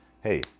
hey